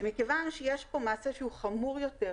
ומכיוון שיש פה מעשה חמור יותר,